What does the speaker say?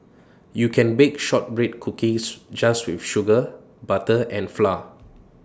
you can bake Shortbread Cookies just with sugar butter and flour